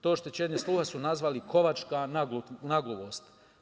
To oštećenje sluha su nazvali kovačka nagluvost.